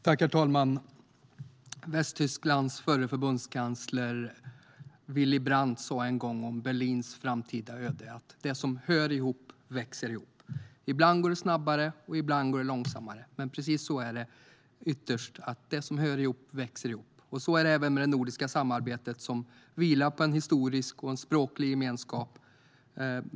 Herr talman! Västtysklands förre förbundskansler Willy Brandt sa en gång om Berlins framtida öde att det som hör ihop växer ihop. Ibland går det snabbare och ibland långsammare, men precis så är det: Det som hör ihop växer ihop. Så är det även med det nordiska samarbetet, som vilar på en historisk och språklig gemenskap.